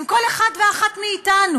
עם כל אחד ואחת מאתנו?